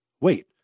wait